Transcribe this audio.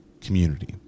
community